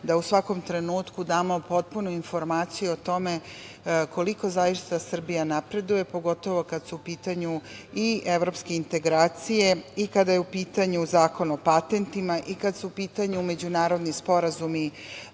da u svakom trenutku damo potpunu informaciju o tome koliko zaista Srbija napreduje, pogotovo kad su u pitanju i evropske integracije i kada je u pitanju Zakon o patentima i kada su u pitanju međunarodni sporazumi